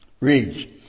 reads